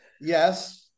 Yes